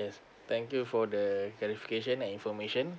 yes thank you for the clarification and information